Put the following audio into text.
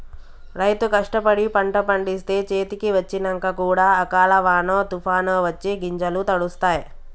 రైతు కష్టపడి పంట పండిస్తే చేతికి వచ్చినంక కూడా అకాల వానో తుఫానొ వచ్చి గింజలు తడుస్తాయ్